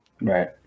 right